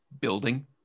building